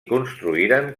construïren